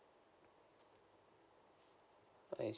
I see